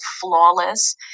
flawless